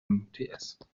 umts